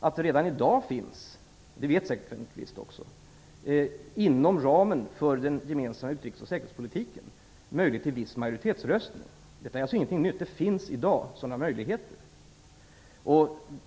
att det redan i dag inom ramen för den gemensamma utrikes och säkerhetspolitiken finns möjligheter till en viss majoritetsröstning - och det vet säkert Kenneth Kvist också. Detta är alltså ingenting nytt. Sådana möjligheter finns i dag.